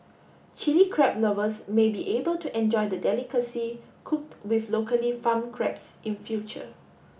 Chilli Crab lovers may be able to enjoy the delicacy cooked with locally farmed crabs in future